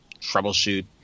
troubleshoot